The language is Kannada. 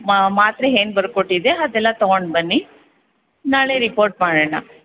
ಮಾ ಮಾತ್ರೆ ಏನ್ ಬರ್ಕೊಟ್ಟಿದ್ದೆ ಅದೆಲ್ಲ ತಗೋಂಡ್ಬನ್ನಿ ನಾಳೆ ರಿಪೋರ್ಟ್ ಮಾಡೋಣ